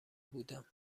بودم